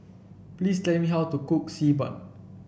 please tell me how to cook Xi Ban